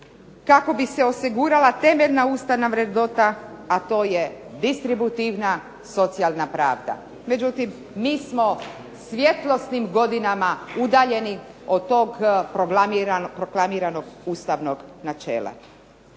kako bi se osigurala temeljna ustavna vrednota, a to je distributivna socijalna pravda. Međutim, mi smo svjetlosnim godinama udaljeni od tog proklamiranog ustavnog načela.